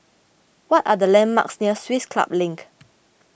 what are the landmarks near Swiss Club Link